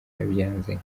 yabyanze